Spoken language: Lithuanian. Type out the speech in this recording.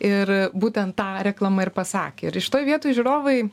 ir būtent tą reklama ir pasakė ir šitoj vietoj žiūrovai